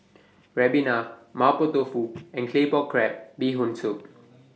Ribena Mapo Tofu and Claypot Crab Bee Hoon Soup